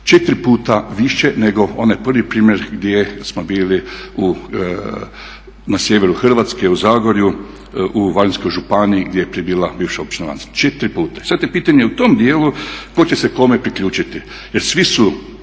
Četiri puta više nego onaj prvi primjer gdje smo bili na sjeveru Hrvatske u Zagorju, u Varaždinskoj županiji gdje je prije bila bivša općina …, četiri puta. I sad je pitanje u tom dijelu tko će se kome priključiti jer svi su